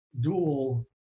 dual